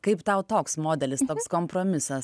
kaip tau toks modelis toks kompromisas